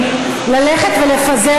אינו נוכח